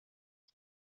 jag